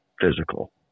physical